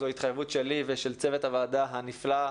זו התחייבות שלי ושל צוות הוועדה הנפלא,